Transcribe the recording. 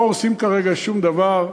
לא הורסים כרגע שום דבר.